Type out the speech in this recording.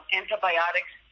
antibiotics